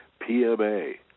PMA